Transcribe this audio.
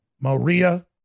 Maria